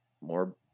more